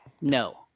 no